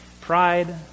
Pride